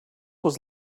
was